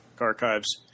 Archives